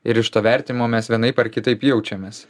ir iš to vertinimo mes vienaip ar kitaip jaučiamės